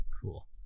Cool